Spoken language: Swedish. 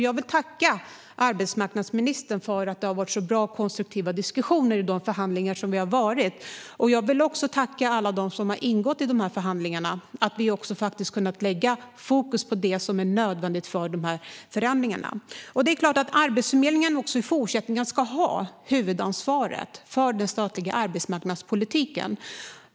Jag vill tacka arbetsmarknadsministern för bra och konstruktiva diskussioner i de förhandlingar som har skett. Jag vill också tacka alla dem som har ingått i dessa förhandlingar. Vi har kunnat lägga fokus på det som är nödvändigt för att genomföra dessa förändringar. Det är klart att Arbetsförmedlingen också i fortsättningen ska ha huvudansvaret för den statliga arbetsmarknadspolitiken.